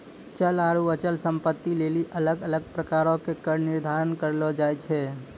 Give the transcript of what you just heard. चल आरु अचल संपत्ति लेली अलग अलग प्रकारो के कर निर्धारण करलो जाय छै